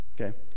Okay